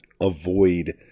avoid